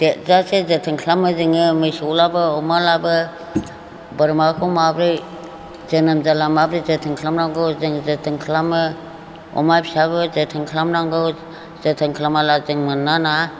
देथजासे जोथोन खालामो जोङो मोसौब्लाबो अमाब्लाबो बोरमाखौ माब्रै जोनोम जाब्ला माब्रै जोथोन खालाम नांगौ जों जोथोन खालामो अमा फिसाबो जोथोन खालाम नांगौ जोथोन खालामाब्ला जों मोनाना